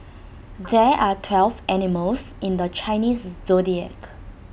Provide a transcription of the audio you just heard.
there are twelve animals in the Chinese Zodiac